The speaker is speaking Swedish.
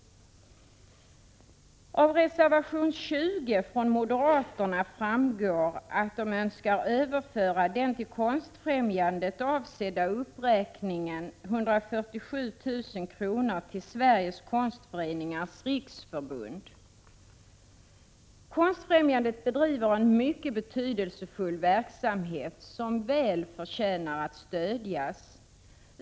Av reservation 20 från moderaterna framgår att de önskar överföra den för Konstfrämjandet avsedda uppräkningen med 147 000 kr. till Sveriges Konstföreningars riksförbund. Konstfrämjandet bedriver en mycket betydelsefull verksamhet som väl förtjänar att stödjas.